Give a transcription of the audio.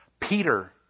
Peter